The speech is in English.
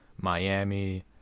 Miami